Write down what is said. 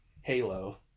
halo